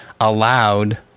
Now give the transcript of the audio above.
allowed